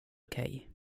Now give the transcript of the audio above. okej